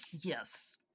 Yes